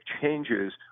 changes